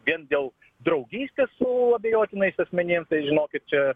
vien dėl draugystės su abejotinais asmenim tai žinokit čia